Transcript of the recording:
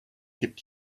gibt